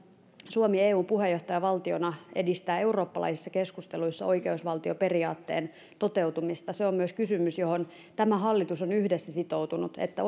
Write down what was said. suomi eun puheenjohtajavaltiona edistää eurooppalaisissa keskusteluissa oikeusvaltioperiaatteen toteutumista se on myös kysymys johon tämä hallitus on yhdessä sitoutunut että